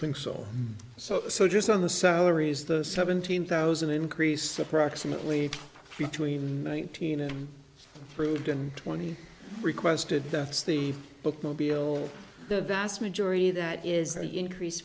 think so so so just on the salaries the seventeen thousand increase approximately between one thousand and proved and twenty requested that's the bookmobile the vast majority that is an increase